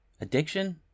Addiction